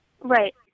Right